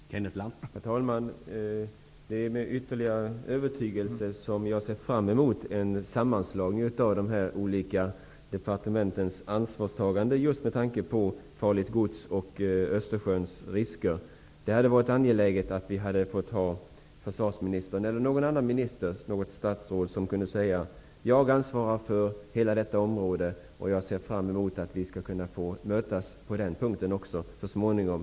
Herr talman! Det är med ytterligare övertygelse som jag ser fram emot en sammanslagning av de olika departementens ansvarstagande vad gäller just farligt gods och Östersjöns risker. Det hade varit bra om försvarsministern eller något annat statsråd kunde säga: Jag ansvarar för hela detta område, och jag ser fram emot att vi skall kunna mötas på den punkten också så småningom.